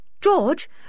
George